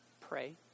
pray